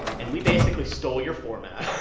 and we basically stole your format